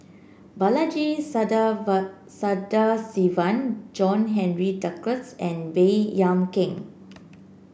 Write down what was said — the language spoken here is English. Balaji Sadasivan John Henry Duclos and Baey Yam Keng